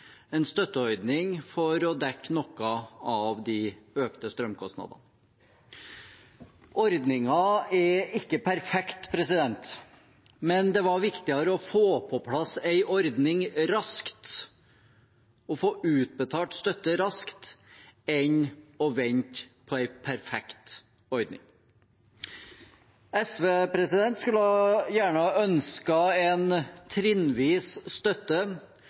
for å dekke noe av de økte strømkostnadene. Ordningen er ikke perfekt, men det var viktigere å få på plass en ordning raskt og få utbetalt støtte raskt enn å vente på en perfekt ordning. SV skulle gjerne ha ønsket en trinnvis støtte,